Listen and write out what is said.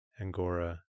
angora